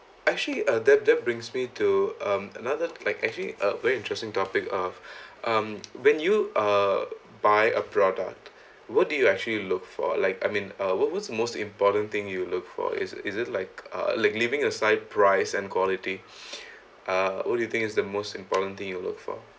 actually uh that that brings me to um another like actually a very interesting topic of um when you uh buy a product what do you actually look for like I mean uh what what's the most important thing you look for is is it like uh like leaving aside price and quantity uh what do you think is the most important thing you'll look for